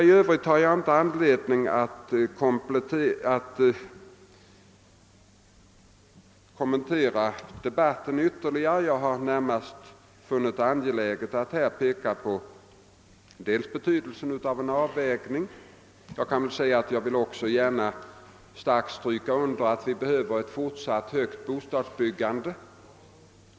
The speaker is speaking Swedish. I övrigt har jag inte anledning att kommentera debatten ytterligare. Jag har närmast funnit angeläget att här peka på betydelsen av en avvägning. Jag vill också starkt stryka under behovet av ett fortsatt bostadsbyggande på hög nivå.